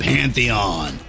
Pantheon